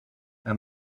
and